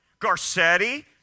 Garcetti